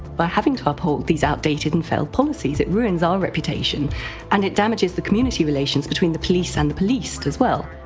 by having to uphold these outdated and failed policies, it ruins our reputation and it damages the community relations between the police and the policed, as well.